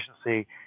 efficiency